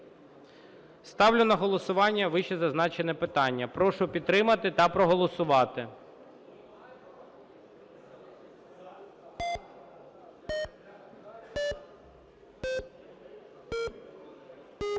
Ставлю на голосування вищезазначене питання. Прошу підтримати та проголосувати. 17:28:28